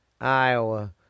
Iowa